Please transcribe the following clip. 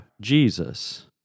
Jesus